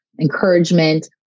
encouragement